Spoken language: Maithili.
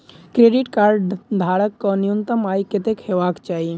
क्रेडिट कार्ड धारक कऽ न्यूनतम आय कत्तेक हेबाक चाहि?